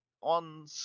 on